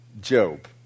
Job